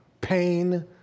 pain